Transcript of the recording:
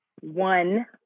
one